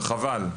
וחבל,